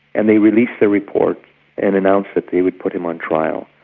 and they released the report and announced that they would put him on trial.